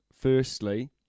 firstly